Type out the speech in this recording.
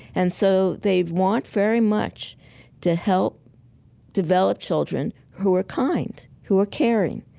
and so they want very much to help develop children who are kind, who are caring,